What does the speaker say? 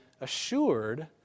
assured